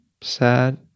sad